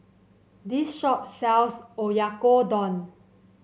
this shop sells Oyakodon